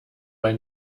bei